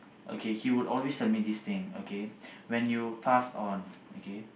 okay he would always send me this thing okay when you pass on okay